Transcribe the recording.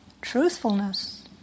Truthfulness